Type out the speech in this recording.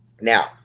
now